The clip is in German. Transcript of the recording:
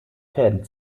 fäden